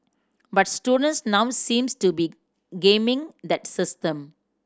but students now seems to be gaming that system